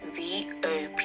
vop